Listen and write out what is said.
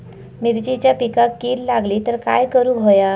मिरचीच्या पिकांक कीड लागली तर काय करुक होया?